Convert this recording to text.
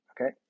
Okay